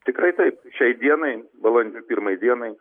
tikrai taip šiai dienai balandžio pirmai dienai